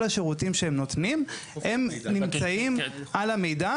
כל השירותים שהם נותנים הם נמצאים על המידע